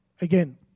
Again